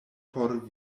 por